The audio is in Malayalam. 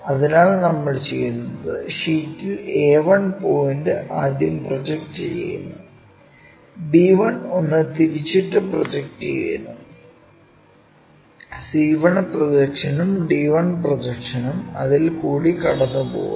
അതിനാൽ നമ്മൾ ചെയ്യുന്നത് ഷീറ്റിൽ a1 പോയിന്റ് ആദ്യം പ്രൊജക്റ്റ് ചെയ്യുന്നു b1 ഒന്ന് തിരിച്ചിട്ടു പ്രൊജക്റ്റ് ചെയുന്നു c1 പ്രൊജക്ഷനും d1 പ്രൊജക്ഷനും അതിലൂടെ കടന്നുപോകുന്നു